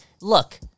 look